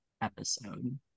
episode